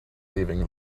leaving